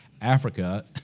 Africa